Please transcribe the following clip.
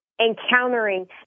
encountering